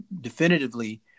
definitively